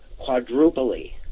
quadruply